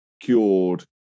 cured